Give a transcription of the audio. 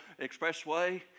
Expressway